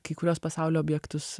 kai kuriuos pasaulio objektus